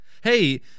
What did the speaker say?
Hey